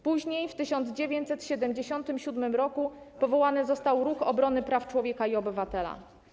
Później, w 1977 r., powołany został Ruch Obrony Praw Człowieka i Obywatela.